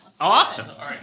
Awesome